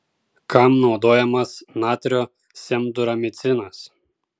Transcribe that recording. kam naudojamas natrio semduramicinas